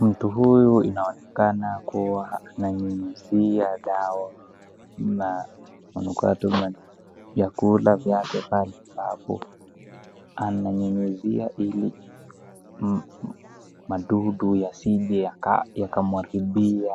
Mtu huyu inaonekana kuwa ananyunyizia dawa na manukato na mna vyakula vyake pale papo. Ananyunyizia ili wadudu wasije wakamharibia